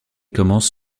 commence